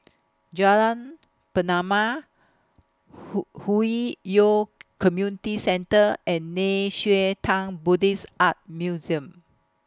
Jalan Pernama Hwi Yoh Community Centre and Nei Xue Tang Buddhist Art Museum